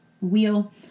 wheel